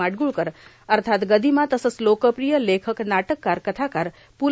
माडगूळकर अथात र्गादमा तसेच लोकप्रिय लेखक नाटककार कथाकार प्